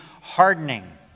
hardening